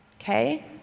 okay